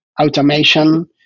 automation